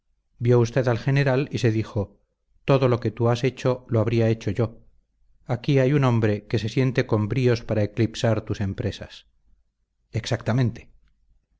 vio usted al general y se dijo todo lo que tú has hecho lo habría hecho yo aquí hay un hombre que se siente con bríos para eclipsar tus empresas exactamente